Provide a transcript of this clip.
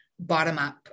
bottom-up